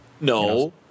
no